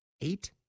Eight